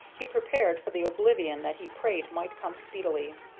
he prepared for the oblivion that he prayed might come speedily.